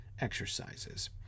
exercises